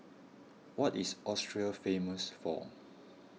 what is Austria famous for